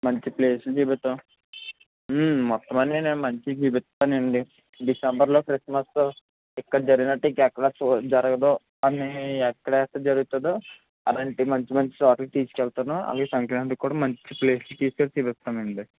మంచి ప్లేసులు చూపిస్తాం మొత్తమన్నీ నేను మంచిగ చూపిస్తానండి డిసెంబర్లో క్రిష్ట్మస్సు ఇక్కడ జరిగినట్టు ఇంకెక్కడా చూ జరగదు అనీ ఎక్కడెక్కడ జరుగుతుందో అలాంటి మంచిమంచి చోట్లకి తీసుకెళ్తాను అవి సంక్రాంతికి కూడా మంచి ప్లేసుకి తీస్కెళ్ళి చూపిస్తానండి